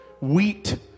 Wheat